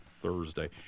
Thursday